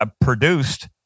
produced